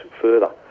further